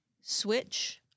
switch